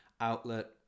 outlet